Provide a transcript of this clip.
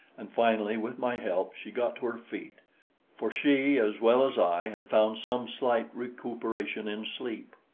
and finally, with my help, she got to her feet for she, as well as i, had found some slight recuperation in sleep.